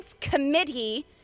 Committee